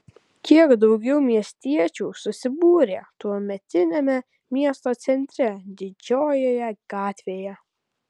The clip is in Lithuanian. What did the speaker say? kiek daugiau miestiečių susibūrė tuometiniame miesto centre didžiojoje gatvėje